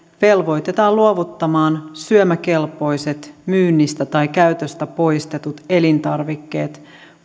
velvoitetaan luovuttamaan syömäkelpoiset myynnistä tai käytöstä poistetut elintarvikkeet